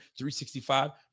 365